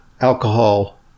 alcohol